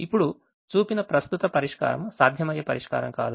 ఇప్పుడు చూపిన ప్రస్తుత పరిష్కారం సాధ్యమయ్యే పరిష్కారం కాదు